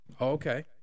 okay